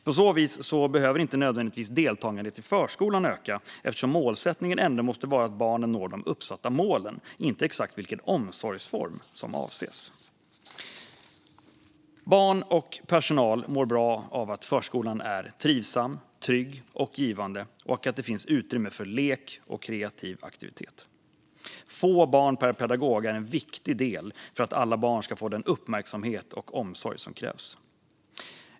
På så vis behöver inte nödvändigtvis deltagandet i förskolan öka eftersom målsättningen ändå måste vara att barnen når de uppsatta målen, inte exakt vilken omsorgsform som avses. Barn och personal mår bra av att förskolan är trivsam, trygg och givande och att det finns utrymme för lek och kreativ aktivitet. Få barn per pedagog är en viktig del för att alla barn ska få den uppmärksamhet och omsorg som krävs.